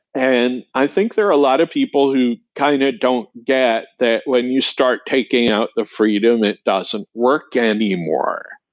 and i think there are a lot of people who kind of don't get that when you start taking out the freedom, it doesn't work anymore.